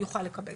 יוכל לקבל.